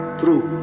true